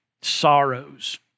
sorrows